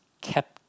kept